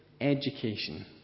education